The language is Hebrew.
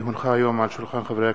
כי הונחה היום על שולחן הכנסת,